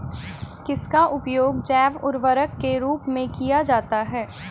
किसका उपयोग जैव उर्वरक के रूप में किया जाता है?